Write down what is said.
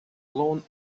blown